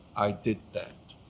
i did that.